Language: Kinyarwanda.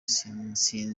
nsinzira